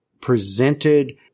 presented